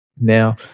Now